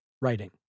writing